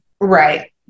right